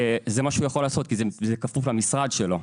זה מה שהוא יכול לעשות, כי זה כפוף למשרד שלו.